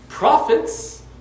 Prophets